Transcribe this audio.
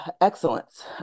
Excellence